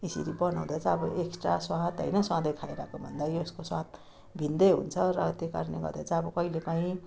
यसरी बनाउँदा चाहिँ अब एक्स्ट्रा स्वाद होइन सधैँ खाइरहेको भन्दा यसको स्वाद भिन्दै हुन्छ र त्यही कारणले गर्दा चाहिँ कहिले कहीँ